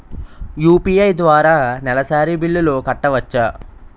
UPI ద్వారా నెలసరి బిల్లులు కట్టవచ్చా?